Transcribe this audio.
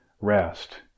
rest